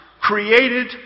created